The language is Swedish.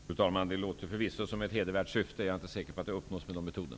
Fru talman! Det låter förvisso som ett hedervärt syfte, men jag är inte säker på att det uppnås med den metoden.